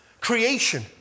creation